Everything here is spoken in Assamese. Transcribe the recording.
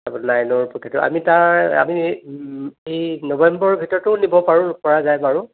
প্ৰতিটো আমি তাৰ আমি এই নবেম্বৰৰ ভিতৰতো দিব পাৰোঁ পৰা যায় বাৰু